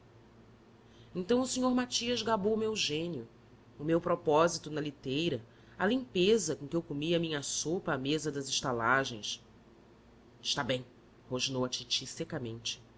então o senhor matias gabou o meu gênio o meu propósito na liteira a limpeza com que eu comia a minha sopa à mesa das estalagens está bem rosnou a titi secamente